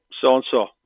so-and-so